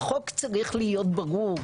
החוק צריך להיות ברור,